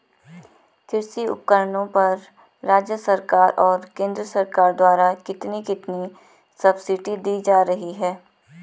कृषि उपकरणों पर राज्य सरकार और केंद्र सरकार द्वारा कितनी कितनी सब्सिडी दी जा रही है?